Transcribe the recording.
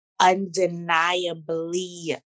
undeniably